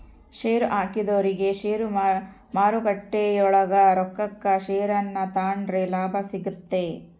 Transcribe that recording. ಷೇರುಹಾಕಿದೊರಿಗೆ ಷೇರುಮಾರುಕಟ್ಟೆಗ ಒಳ್ಳೆಯ ರೊಕ್ಕಕ ಷೇರನ್ನ ತಾಂಡ್ರೆ ಲಾಭ ಸಿಗ್ತತೆ